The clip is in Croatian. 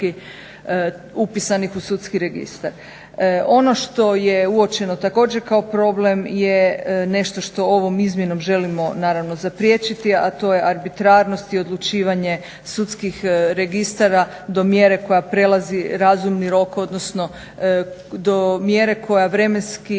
upisanih u sudski registar. Ono što je uočeno također kao problem je nešto što ovom izmjenom želimo naravno zapriječiti a to je arbitrarnost i odlučivanje sudskih registara do mjere koja prelazi razumni rok, odnosno do mjere koja vremenski